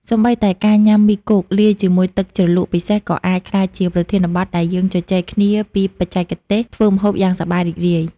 សូម្បីតែការញ៉ាំមីគោក លាយជាមួយទឹកជ្រលក់ពិសេស ក៏អាចក្លាយជាប្រធានបទដែលយើងជជែកគ្នាពីបច្ចេកទេសធ្វើម្ហូបយ៉ាងសប្បាយរីករាយ។